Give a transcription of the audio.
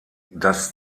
das